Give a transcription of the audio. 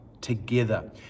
together